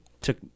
took